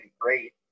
great